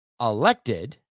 elected